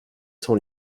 sont